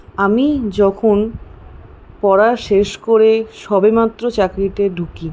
আমি যখন পড়া শেষ করে সবে মাত্র চাকরিতে ঢুকি